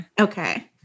Okay